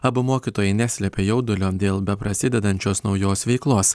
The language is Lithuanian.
abu mokytojai neslėpė jaudulio dėl beprasidedančios naujos veiklos